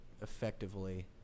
effectively